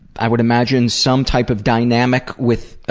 i would imagine, some type of dynamic with,